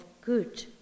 good